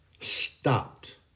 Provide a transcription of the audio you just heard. stopped